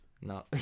No